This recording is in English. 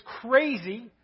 crazy